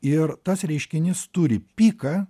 ir tas reiškinys turi piką